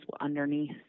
underneath